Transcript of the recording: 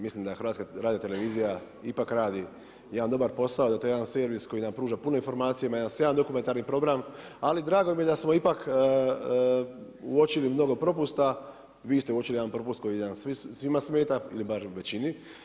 Mislim da HRT ipak radi jedan dobar posao, da je to jedan servis koji nam pruža puno informacija, jedan sjajan dokumentarni program ali drago mi je da smo ipak uočili mnogo propusta, vi ste uočili jedan propust koji svima smeta ili bar većini.